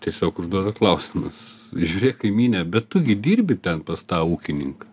tiesiog užduoda klausimas žiūrėk kaimyne bet tu gi dirbi ten pas tą ūkininką